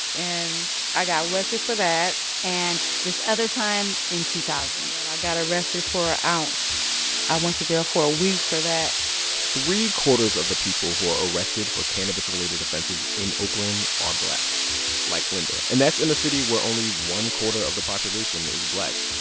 and i got arrested for that and this other time in two thousand point when i got arrested for a ounce i went to jail for a week for that three quarters of the people who are arrested for cannabis-related offenses in oakland are black like linda. and that's in a city where only one quarter of the population is black.